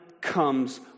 comes